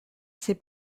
ses